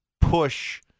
push